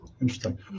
interesting